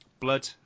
blood